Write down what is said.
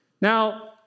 Now